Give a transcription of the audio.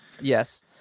Yes